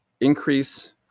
increase